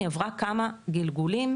היא עברה כמה גלגולים,